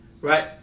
right